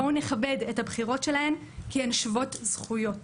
בואו נכבד את הבחירות שלהן כי הן שוות זכויות.